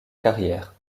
carrière